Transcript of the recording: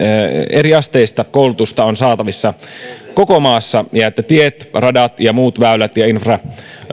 eriasteista koulutusta on saatavissa koko maassa ja että tiet radat ja muut väylät ja infra